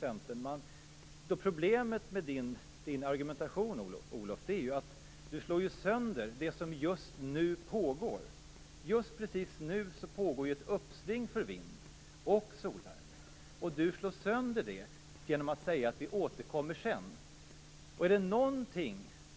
Problemet med Olof Johanssons argumentation är att den slår sönder det som just nu pågår. Just nu har vi ett uppsving för vindkraft och solvärme, och det slås sönder genom att Olof Johansson säger att man skall återkomma sedan.